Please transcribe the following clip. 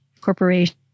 corporation